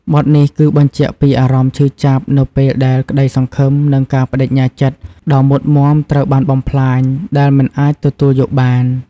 បទនេះគឺបញ្ជាក់ពីអារម្មណ៍ឈឺចាប់នៅពេលដែលក្តីសង្ឃឹម និងការប្តេជ្ញាចិត្តដ៏មុតមាំត្រូវបានបំផ្លាញ ដែលមិនអាចទទួលយកបាន។